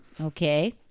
Okay